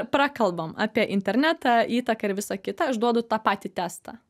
prakalbam apie internetą įtaką ir visa kita aš duodu tą patį testą